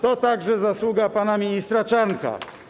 To także zasługa pana ministra Czarnka.